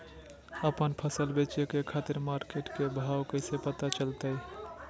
आपन फसल बेचे के खातिर मार्केट के भाव कैसे पता चलतय?